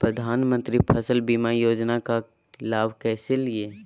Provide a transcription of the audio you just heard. प्रधानमंत्री फसल बीमा योजना का लाभ कैसे लिये?